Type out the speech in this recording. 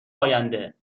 آینده